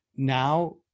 Now